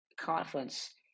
conference